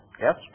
Yes